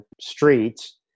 streets